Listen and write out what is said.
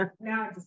Now